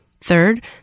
Third